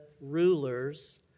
rulers